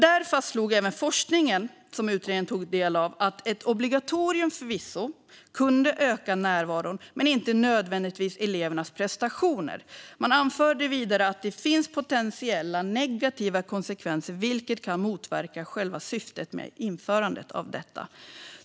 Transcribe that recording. Där fastslog även forskningen, som utredningen tog del av, att ett obligatorium förvisso kunde öka närvaron men inte nödvändigtvis elevernas prestationer. Man anförde vidare att det finns potentiella negativa konsekvenser, vilket kan motverka själva syftet med införandet av detta.